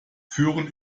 führen